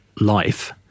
life